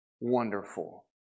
wonderful